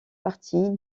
partie